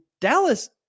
Dallas